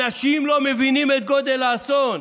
אנשים לא מבינים את גודל האסון.